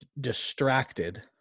distracted